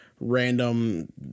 random